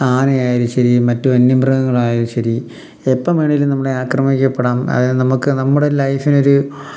ആനയായാലും ശരി മറ്റ് വന്യമൃഗങ്ങളായാലും ശരി എപ്പം വേണേലും നമ്മളെ ആക്രമിക്കപ്പെടാം അതായത് നമുക്ക് നമ്മുടെ ലൈഫിനൊരു